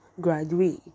graduate